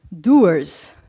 doers